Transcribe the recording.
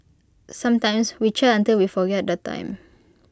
sometimes we chat until we forget the time